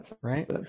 right